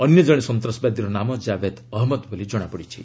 ଅନ୍ୟ ଜଣେ ସନ୍ତାସବାଦୀର ନାମ ଜାଭେଦ୍ ଅହମ୍ମଦ୍ ବୋଲି ଜଣାପଡ଼ିଛି